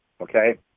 Okay